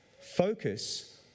Focus